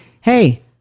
hey